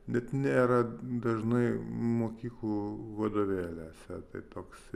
net nėra dažnai mokyklų vadovėliuose tai toks